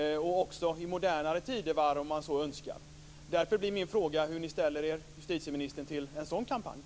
Det finns också exempel från modernare tidevarv. Min fråga blir då: Hur ställer sig justitieministern till en sådan kampanj?